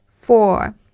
Four